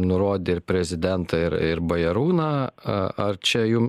nurodė ir prezidentą ir ir bajarūną ar čia jums